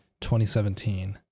2017